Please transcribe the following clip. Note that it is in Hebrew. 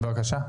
בבקשה.